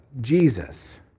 Jesus